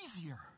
easier